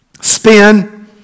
spin